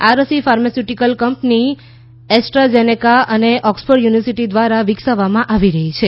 આ રસી pharmaceutical company AstraZeneca અને ઑક્સફર્ડ યુનિવર્સિટી દ્વારા વિકસાવવામાં આવી રહી છે